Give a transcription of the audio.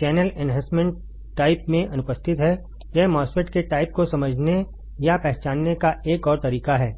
channel enhancement type में अनुपस्थित है यह MOSFET के टाइप को समझने या पहचानने का एक और तरीका है